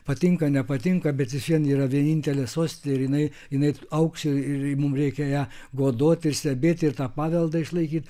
patinka nepatinka bet ji šiandien yra vienintelė sostinė ir jinai jinai aukso ir mums reikia ją godoti ir stebėti ir tą paveldą išlaikyt